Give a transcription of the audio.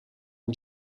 een